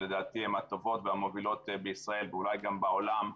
שלדעתי הן הטובות והמובילות בישראל ואולי גם בעולם,